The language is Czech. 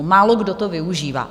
Málokdo to využívá.